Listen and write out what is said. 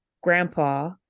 grandpa